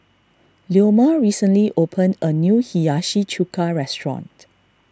Leoma recently opened a new Hiyashi Chuka restaurant